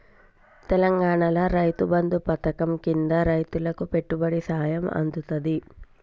తెలంగాణాల రైతు బంధు పథకం కింద రైతులకు పెట్టుబడి సాయం అందుతాంది